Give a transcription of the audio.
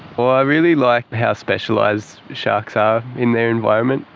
but well, i really like how specialised sharks are in their environment.